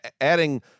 adding